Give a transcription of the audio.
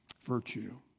virtue